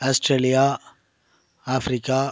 Australia Africa